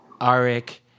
Arik